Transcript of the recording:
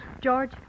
George